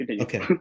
okay